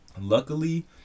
luckily